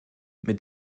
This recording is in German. mit